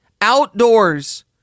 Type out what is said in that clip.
outdoors